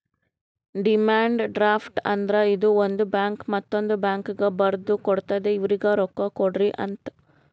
demand draft ಅಂದ್ರ ಇದು ಒಂದು ಬ್ಯಾಂಕ್ ಮತ್ತೊಂದ್ ಬ್ಯಾಂಕ್ಗ ಬರ್ದು ಕೊಡ್ತಾದ್ ಇವ್ರಿಗ್ ರೊಕ್ಕಾ ಕೊಡ್ರಿ ಅಂತ್